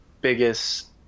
biggest